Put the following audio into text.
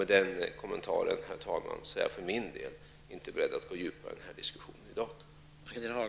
Med denna kommentar, herr talman, är jag för min del inte beredd att gå djupare i denna diskussion i dag.